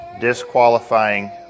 Disqualifying